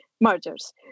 mergers